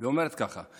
והיא אומרת ככה: